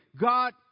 God